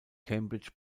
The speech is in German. cambridge